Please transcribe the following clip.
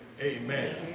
amen